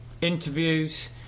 interviews